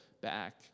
back